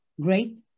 Great